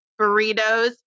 burritos